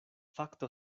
fakto